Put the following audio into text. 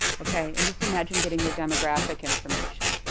okay, and just imagine getting your demographic information.